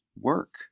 work